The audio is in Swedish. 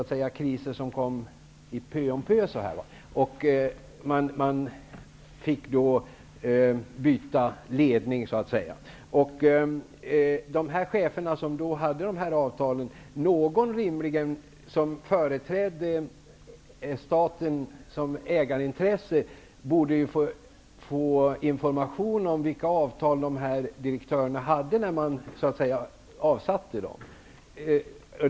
Det var kriser som kom efter hand, och man fick byta ledning. Någon som företrädde staten som ägare borde ju ha fått information om vilka avtal dessa direktörer hade när man avsatte dem.